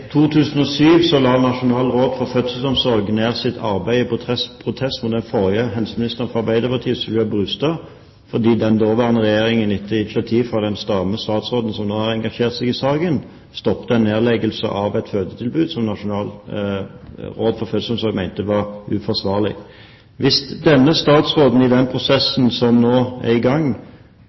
la Nasjonalt råd for fødselsomsorg ned sitt arbeid i protest mot daværende helseminister fra Arbeiderpartiet, Sylvia Brustad, fordi den daværende regjeringen, etter initiativ fra den statsråden som nå har engasjert seg i saken, stoppet nedleggelse av et fødetilbud som Nasjonalt råd for fødselsomsorg mente var uforsvarlig. Hvis denne statsråden i den prosessen som nå er i gang,